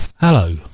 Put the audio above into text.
Hello